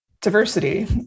diversity